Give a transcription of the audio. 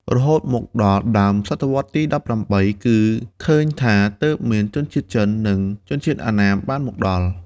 រហូតមកដល់ដើមសតវត្សរ៍ទី១៨ គឺឃើញថាទើបមានជនជាតិចិន និងជនជាតិអណ្ណាមបានមកដល់។